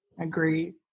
Agreed